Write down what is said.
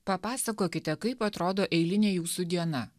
papasakokite kaip atrodo eilinė jūsų diena